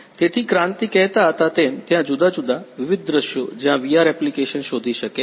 તેથી ક્રાંતિ કહેતા હતા તેમ ત્યાં જુદા જુદા વિવિધ દૃશ્યો જ્યાં VR એપ્લિકેશન શોધી શકે છે